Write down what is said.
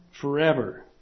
forever